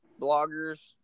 bloggers